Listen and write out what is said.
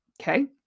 Okay